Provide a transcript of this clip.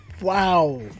Wow